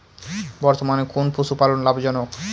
বর্তমানে কোন পশুপালন লাভজনক?